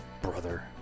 Brother